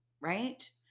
Right